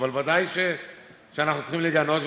אבל ודאי שאנחנו צריכים לגנות,